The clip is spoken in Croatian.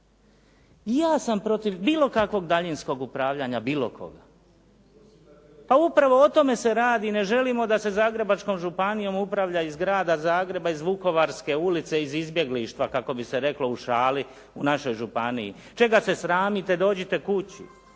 ja sam protiv bilo kakvog daljinskog upravljanja bilo koga. Pa upravo o tome se radi, ne želimo da se Zagrebačkom županijom upravlja iz grada Zagreba, iz Vukovarske ulice, iz izbjeglištva kako bi se reklo u šali u našoj županiji. Čega se sramite, dođite kući.